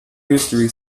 history